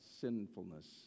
sinfulness